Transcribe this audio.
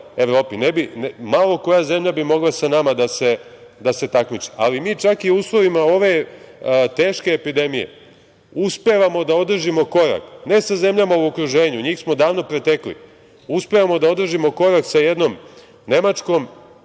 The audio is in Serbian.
Malo koja zemlja bi mogla sa nama da se takmiči, ali mi čak i u uslovima ove teške epidemije uspevamo da održimo korak ne sa zemljama u okruženju, njih smo davno pretekli, uspevamo da održimo korak sa jednom Nemačkom,